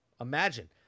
imagine